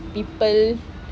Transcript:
people